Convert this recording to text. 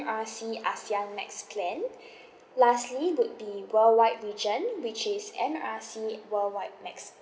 R C ASEAN max plan lastly would be worldwide region which is M R C worldwide max